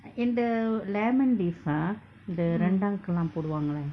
இந்த:indtha lemon leaf ah the rendang lah போடுவாங்கல:poduvaangkala